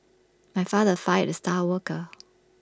my father fired the star worker